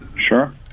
sure